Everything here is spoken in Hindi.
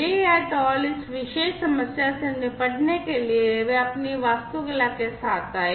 Dey et al इस विशेष समस्या से निपटने के लिए वे अपनी वास्तुकला के साथ आए